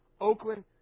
Oakland